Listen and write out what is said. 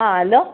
हा हलो